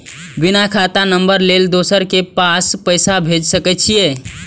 बिना खाता नंबर लेल दोसर के पास पैसा भेज सके छीए?